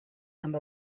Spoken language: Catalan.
amb